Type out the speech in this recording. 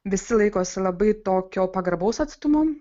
visi laikosi labai tokio pagarbaus atstumo